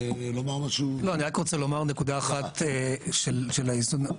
אני רק רוצה לומר נקודה אחת על האיזון.